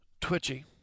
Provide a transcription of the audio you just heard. Twitchy